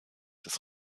des